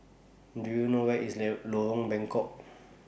Do YOU know Where IS let Lorong Bengkok